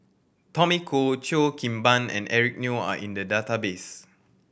Tommy Koh Cheo Kim Ban and Eric Neo are in the database